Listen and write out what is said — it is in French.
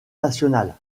nationales